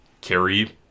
carry